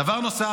דבר נוסף,